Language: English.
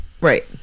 Right